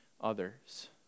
others